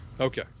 okay